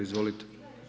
Izvolite.